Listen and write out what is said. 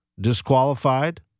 disqualified